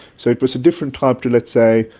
so it was a different type to, let's say,